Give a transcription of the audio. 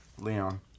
Leon